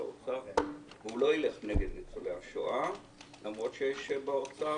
הוא לא יילך נגד ניצולי השואה, למרות שיש באוצר